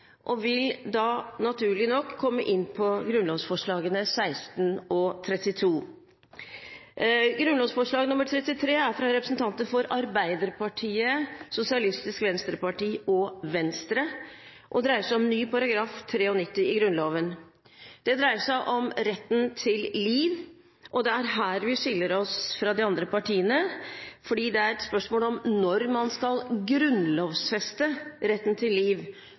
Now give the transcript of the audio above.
og vil da – naturlig nok – komme inn på grunnlovsforslagene 16 og 32. Grunnlovsforslag 33 er fra representanter for Arbeiderpartiet, Sosialistisk Venstreparti og Venstre og dreier seg om ny § 93 i Grunnloven. Det dreier seg om rett til liv, og det er her vi skiller oss fra de andre partiene, fordi det er et spørsmål om når man skal grunnlovfeste retten til liv